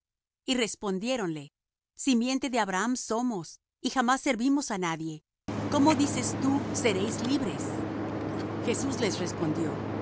y respondiéronle simiente de abraham somos y jamás servimos á nadie cómo dices tú seréis libres jesús les respondió